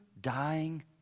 dying